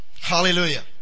Hallelujah